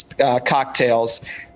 cocktails